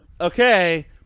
okay